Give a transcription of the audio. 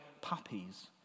puppies